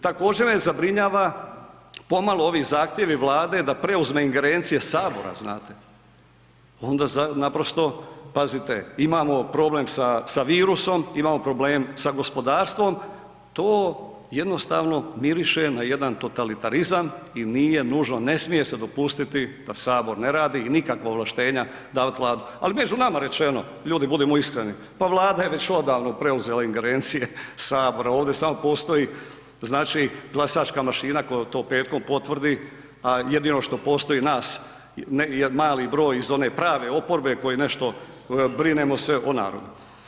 Također me zabrinjava pomalo ovi zahtjevi Vlade da preuzme ingerencije Sabora znate, onda naprosto, pazite imamo problem sa virusom, imamo problem sa gospodarstvom, to jednostavno miriše na jedan totalitarizam i nije nužno, ne smije se dopustiti da Sabor ne radi, i nikakva ovlaštenja davat Vladi, ali među nama rečeno, ljudi budimo iskreni, pa Vlada je već odavno preuzela ingerencije Sabora, ovdje samo postoji znači glasačka mašina koja to petkom potvrdi, a jedino što postoji nas mali broj iz one prave oporbe koji nešto, brinemo se o narodu.